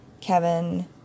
Kevin